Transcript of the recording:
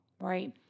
right